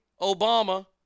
Obama